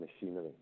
machinery